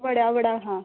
वड्या वडा हां